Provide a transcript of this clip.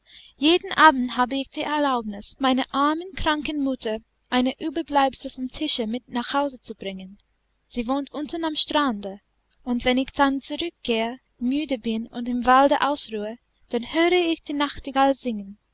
jeden abend habe ich die erlaubnis meiner armen kranken mutter einige überbleibsel vom tische mit nach hause zu bringen sie wohnt unten am strande und wenn ich dann zurückgehe müde bin und im walde ausruhe dann höre ich die nachtigall singen